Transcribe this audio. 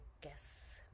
guess